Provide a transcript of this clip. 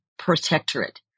protectorate